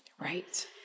Right